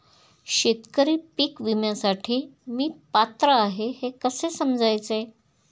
शेतकरी पीक विम्यासाठी मी पात्र आहे हे कसे समजायचे?